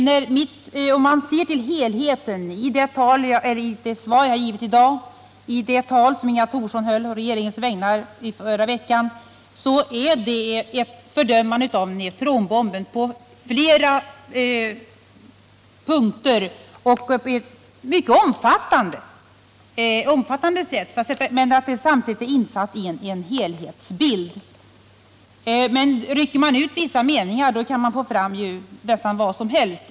Men ser man till helheten i det svar som jag lämnat i dag och i det tal som Inga Thorsson höll förra veckan på regeringens vägnar, så är de talen på flera punkter ett starkt fördömande av neutronbomben, samtidigt som det fördömandet är insatt i en helhetsbild. Men rycker man ut vissa meningar i ett tal, så kan man ju få det till nästan vad som helst.